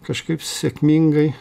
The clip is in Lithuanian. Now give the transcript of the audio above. kažkaip sėkmingai